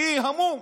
אני המום.